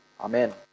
Amen